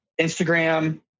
Instagram